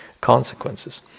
consequences